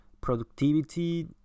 productivity